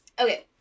Okay